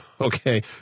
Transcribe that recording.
Okay